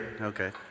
Okay